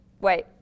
Wait